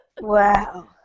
Wow